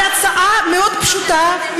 על הצעה מאוד פשוטה,